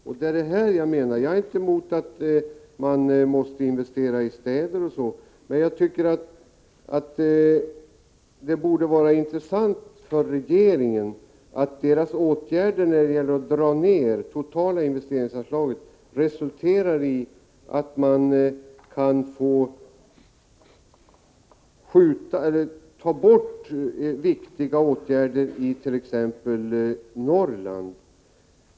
Jag har ingenting emot att man investerar i städer, men jag tycker att det borde vara intressant för regeringen att regeringens sänkning av det totala investeringsanslaget resulterar i att det kan bli nödvändigt att avstå från viktiga åtgärder i t.ex. Norrland.